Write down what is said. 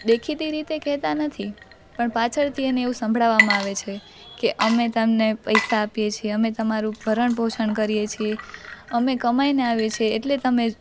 દેખીતી રીતે કહેતા નથી પણ પાછળથી એને એવું સંભળાવવામાં આવે છે કે અમે તમને પૈસા આપીએ છીએ અમે તમારું ભરણ પોષણ કરીએ છીએ અમે કમાઈને આવીએ છીએ એટલે તમે